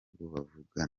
bavugana